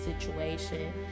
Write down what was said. situation